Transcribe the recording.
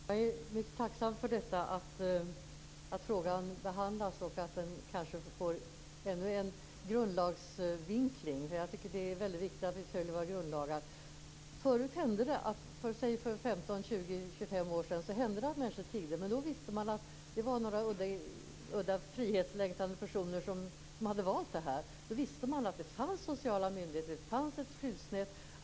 Fru talman! Jag är mycket tacksam över att frågan behandlas och kanske får den här grundlagsvinklingen. Jag tycker att det är väldigt viktigt att vi följer våra grundlagar. Förut, för säg 15-25 år sedan, hände det att människor tiggde. Men då visste man att det var några udda, frihetslängtande personer som hade valt det här. Då visste man att det fanns sociala myndigheter. Det fanns ett skyddsnät.